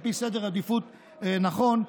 על פי סדר עדיפויות נכון,